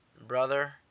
Brother